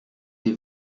des